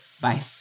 Bye